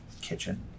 kitchen